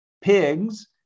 pigs